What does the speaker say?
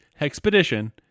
expedition